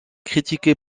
critiqué